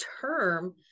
term